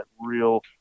real